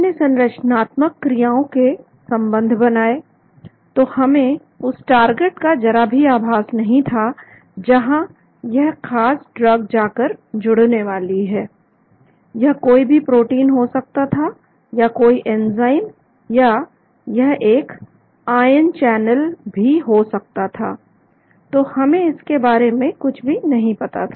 हमने संरचनात्मक क्रियाओं के संबंध बनाए तो हमें उस टारगेट का का जरा भी आभास नहीं था जहां यह खास ड्रग जाकर जुड़ने वाली है यह कोई प्रोटीन भी हो सकता था या कोई एंजाइम या यह एक आयन चैनल भी हो सकता था तो हमें इसके बारे में कुछ भी नहीं पता था